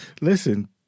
listen